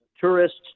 tourists